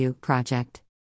project